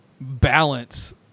balance